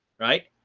right?